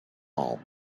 all